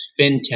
fintech